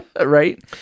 Right